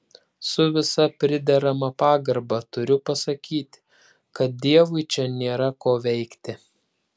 su visa priderama pagarba turiu pasakyti kad dievui čia nėra ko veikti